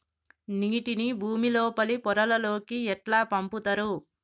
నీటిని భుమి లోపలి పొరలలోకి ఎట్లా పంపుతరు?